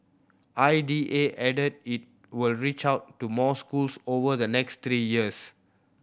I D A added it will reach out to more schools over the next three years